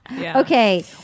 Okay